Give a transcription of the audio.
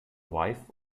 wife